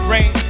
Rain